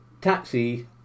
taxi